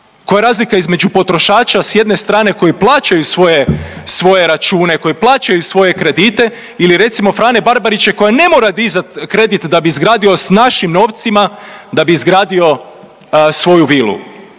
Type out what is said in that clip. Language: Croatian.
Koja je razlika između potrošača s jedne strane koji plaćaju svoje račune, koji plaćaju svoje kredite ili recimo Frane Barbarića koji ne mora dizat kredit da bi izgradio sa našim novcima, da bi izgradio svoju vilu.